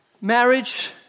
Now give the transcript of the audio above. marriage